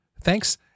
Thanks